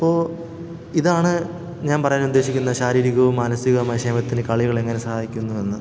അപ്പോൾ ഇതാണ് ഞാൻ പറയാൻ ഉദ്ദേശിക്കുന്ന ശാരീരികവും മാനസികവുമായ ക്ഷേമത്തിനു കളികൾ എങ്ങനെ സഹായിക്കുന്നു എന്ന്